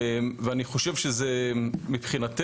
ואני חושב שמבחינתנו,